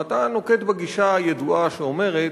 ואתה נוקט את הגישה הידועה שאומרת: